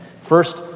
First